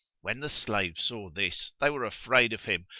when the slaves saw this, they were afraid of him,